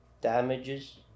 damages